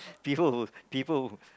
people who people who